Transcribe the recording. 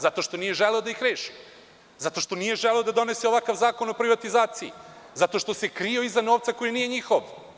Zato što nije želeo da ih reši, zato što nije želeo da donese ovakav zakon o privatizaciji, zato što se krio iza novca koji nije njihov.